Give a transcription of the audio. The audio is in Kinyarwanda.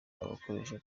abakoresha